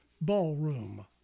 Ballroom